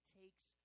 takes